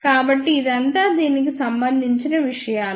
కాబట్టి ఇదంతా దీనికి సంబంధించిన విషయాలు